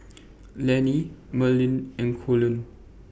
Lanny Marlen and Colleen